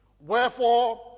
Wherefore